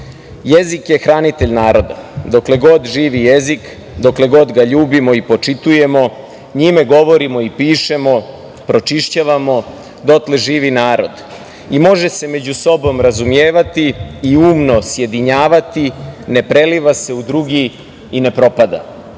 „Jezik je hranitelj naroda. Dokle god živi jezik, dokle god ga ljubimo i počitujemo, njime govorimo i pišemo, pročišćavamo, dotle živi narod i može se među sobom razumjevati i umno sjedinjavati, ne preliva se u drugi i ne propada“.Upravo